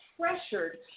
pressured